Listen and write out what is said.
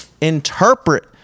interpret